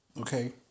Okay